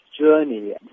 journey